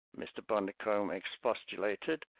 mr. bundercombe expostulated,